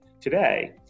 today